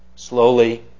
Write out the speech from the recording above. Slowly